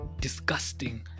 disgusting